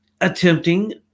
attempting